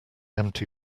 empty